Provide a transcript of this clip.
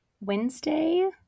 Wednesday